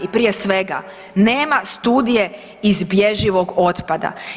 I prije svega nema studije izbježivog otpada.